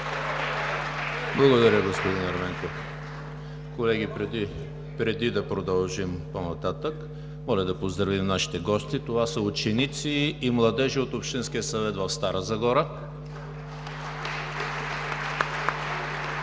Благодаря, господин Ерменков. Колеги, преди да продължим по-нататък, моля да поздравим нашите гости – това са ученици и младежи от Общинския съвет в Стара Загора.